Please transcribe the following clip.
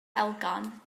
elgan